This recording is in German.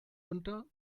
unter